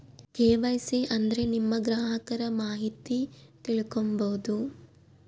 KYC ಅಂದ್ರೆ ನಿಮ್ಮ ಗ್ರಾಹಕರ ಮಾಹಿತಿ ತಿಳ್ಕೊಮ್ಬೋದು